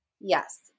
Yes